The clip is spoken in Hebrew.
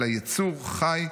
אלא יצור חי,